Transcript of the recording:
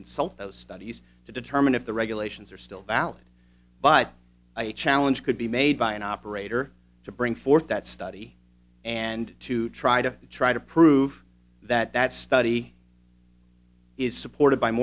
consult those studies to determine if the regulations are still valid but a challenge could be made by an operator to bring forth that study and to try to try to prove that that study is supported by